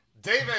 David